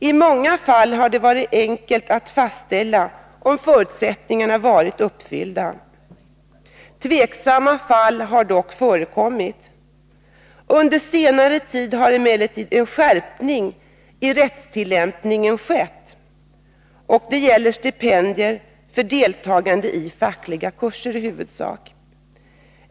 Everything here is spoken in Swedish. I många fall har det varit enkelt att fastställa om förutsättningarna varit uppfyllda. Tveksamma fall har dock förekommit. Under senare tid har emellertid en skärpning i rättstillämpningen skett, och det gäller i huvudsak stipendier för deltagande i fackliga kurser.